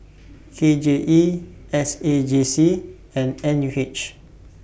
K J E S A J C and N U H